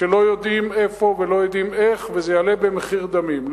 שלא יודעים איפה ולא יודעים איך וזה יעלה במחיר דמים,